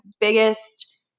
biggest